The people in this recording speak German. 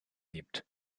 gibt